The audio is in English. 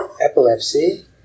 epilepsy